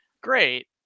Great